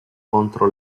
contro